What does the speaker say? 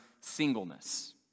singleness